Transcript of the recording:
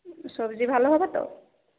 সবজি ভালো হবে তো